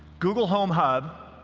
google home hub,